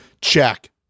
check